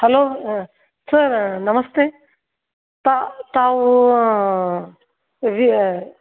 hello sir ನಮಸ್ತೆ ತಾವು ವಿಯ